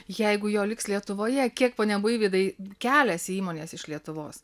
jeigu jo liks lietuvoje kiek pone buivydai keliasi įmonės iš lietuvos